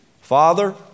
Father